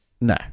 No